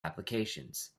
applications